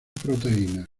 proteínas